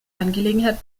angelegenheit